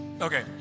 Okay